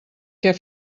què